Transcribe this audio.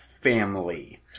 family